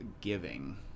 giving